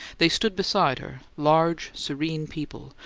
they stood beside her, large, serene people,